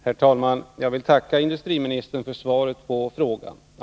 Herr talman! Jag vill tacka industriministern för svaret på frågan.